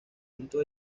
conjuntos